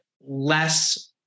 less